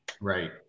Right